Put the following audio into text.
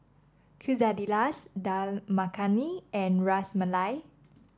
Quesadillas Dal Makhani and Ras Malai